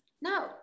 No